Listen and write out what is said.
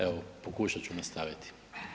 Evo, pokušat ću nastaviti.